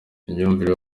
imyumvire